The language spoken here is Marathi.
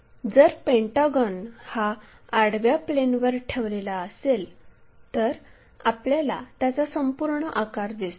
जर पेंटागॉन हा आडव्या प्लेनवर ठेवलेला असेल तर आपल्याला त्याचा संपूर्ण आकार दिसतो